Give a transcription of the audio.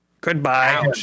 Goodbye